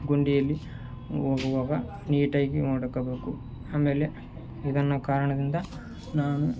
ಗುಂಡಿಯಲ್ಲಿ ಹೋಗುವಾಗ ನೀಟಾಗಿ ನೋಡ್ಕೋಬೇಕು ಆಮೇಲೆ ಇದನ್ನು ಕಾರಣದಿಂದ ನಾನು